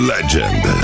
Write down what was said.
Legend